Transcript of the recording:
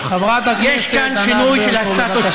חברת הכנסת ענת ברקו,